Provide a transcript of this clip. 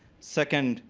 second,